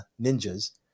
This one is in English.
ninjas